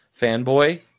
fanboy